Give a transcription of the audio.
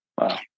Wow